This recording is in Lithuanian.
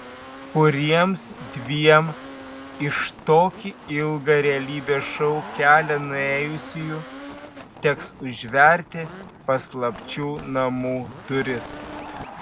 kuriems dviem iš tokį ilgą realybės šou kelią nuėjusiųjų teks užverti paslapčių namų duris